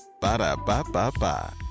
Ba-da-ba-ba-ba